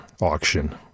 auction